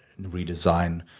redesign